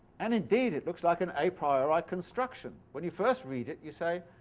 and indeed it looks like an a priori construction. when you first read it you say,